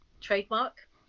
trademark